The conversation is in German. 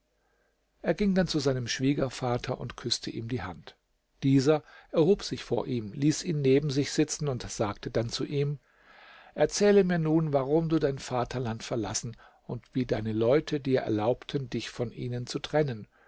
er ging dann zu seinem schwiegervater und küßte ihm die hand dieser erhob sich vor ihm ließ ihn neben sich sitzen und sagte dann zu ihm erzähle mir nun warum du dein vaterland verlassen und wie deine leute dir erlaubten dich von ihnen zu trennen